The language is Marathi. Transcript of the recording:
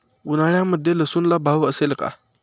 उन्हाळ्यामध्ये लसूणला भाव असेल का?